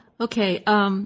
Okay